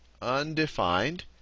undefined